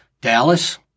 Dallas